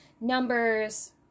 numbers